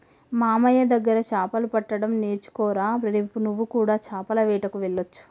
మామయ్య దగ్గర చాపలు పట్టడం నేర్చుకోరా రేపు నువ్వు కూడా చాపల వేటకు వెళ్లొచ్చు